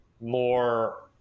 more